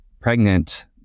pregnant